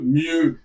mieux